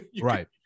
Right